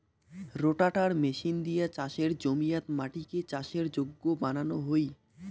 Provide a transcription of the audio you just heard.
রোটাটার machine দিয়া চাসের জমিয়াত মাটিকে চাষের যোগ্য বানানো হই